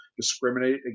discriminate